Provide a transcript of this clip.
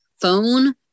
phone